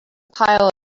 pile